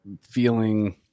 feeling